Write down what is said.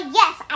yes